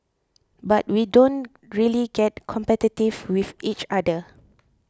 but we don't really get competitive with each other